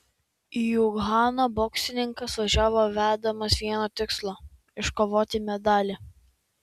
į uhaną boksininkas važiavo vedamas vieno tikslo iškovoti medalį